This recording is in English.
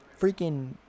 freaking